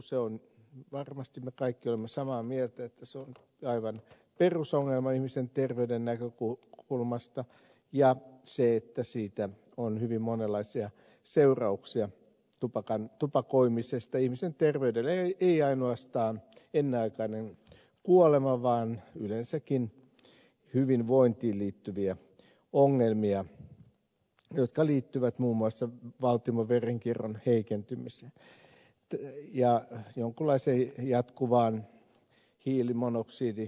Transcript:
se on varmasti me kaikki olemme samaa mieltä aivan perusongelma ihmisen terveyden näkökulmasta ja siitä on hyvin monenlaisia seurauksia tupakoimisesta ihmisen terveydelle ei ainoastaan ennenaikainen kuolema vaan yleensäkin hyvinvointiin liittyviä ongelmia jotka liittyvät muun muassa valtimoverenkierron heikentymiseen ja jonkunlaiseen jatkuvaan hiilimonoksidimyrkytykseen